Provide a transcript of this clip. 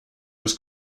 was